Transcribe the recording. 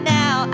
now